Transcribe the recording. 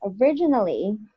originally